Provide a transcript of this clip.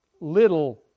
little